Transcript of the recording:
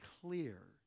clear